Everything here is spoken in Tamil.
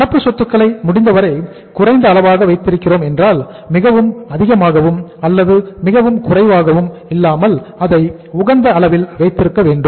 நடப்பு சொத்துக்களை முடிந்தவரை குறைந்த அளவாக வைத்திருக்கிறோம் என்றால் மிகவும் அதிகமாகும் அல்லது மிகவும் குறைவாகவும் இல்லாமல் அதை உகந்த அளவில் வைத்திருக்க வேண்டும்